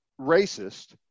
racist